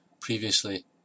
previously